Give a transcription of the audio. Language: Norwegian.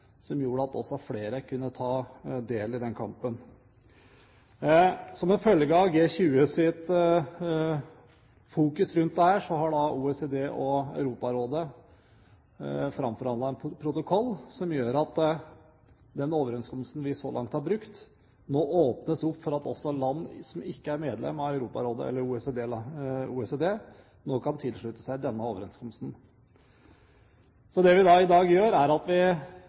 som ville gjøre at flere kunne ta del i den kampen. Som en følge av G20-landenes fokusering rundt dette har OECD og Europarådet framforhandlet en protokoll som gjør at den overenskomsten vi så langt har brukt, åpner for at også land som ikke er medlem av Europarådet eller OECD, nå kan tilslutte seg den. Det vi da i dag gjør, er å gi vår tilslutning til at